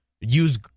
use